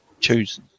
Choose